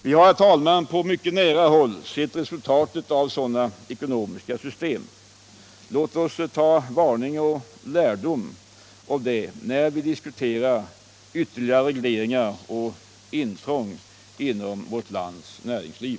Vi har, herr talman, på mycket nära håll sett resultatet av sådana ekonomiska system. Låt oss ta varning och lärdom av det när vi diskuterar ytterligare regleringar och intrång i vårt lands näringsliv!